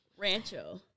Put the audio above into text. Rancho